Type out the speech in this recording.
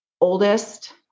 oldest